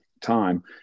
time